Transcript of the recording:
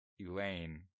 Elaine